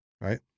right